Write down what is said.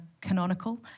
canonical